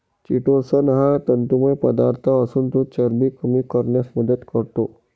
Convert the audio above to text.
chitosan हा तंतुमय पदार्थ असून तो चरबी कमी करण्यास मदत करतो